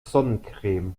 sonnencreme